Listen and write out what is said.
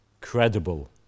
credible